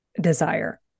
desire